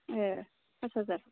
ए फास हाजार